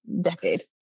decade